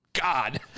God